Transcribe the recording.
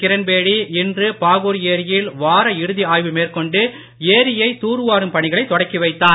கிரண் பேடி இன்று பாகூர் ஏரியில் வார இறுதி ஆய்வு மேற்கொண்டு ஏரியை தூர்வாரும் பணிகளைத் தொடக்கிவைத்தார்